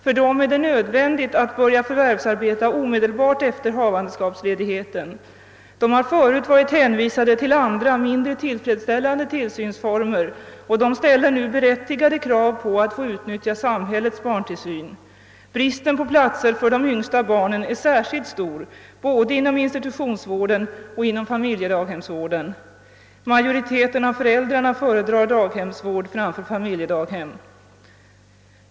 För dem är det nödvändigt att börja förvärvsarbeta omedelbart efter havandeskapsledigheten. De har förut varit hänvisade till andra mindre tillfredsställande tillsynsformer och ställer nu berättigade krav på att få utnyttja samhällets barntillsyn. Bristen på platser för de minsta barnen är särskilt stor både inom institutionsvården och inom familjedaghemsvården. Majoriteten av föräldrarna föredrar daghemsvård framför familjedaghem.